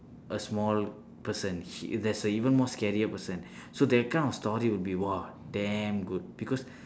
a small person he there's a even more scarier person so that kind of story would be !wah! damn good because